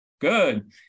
good